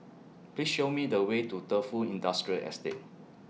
Please Show Me The Way to Defu Industrial Estate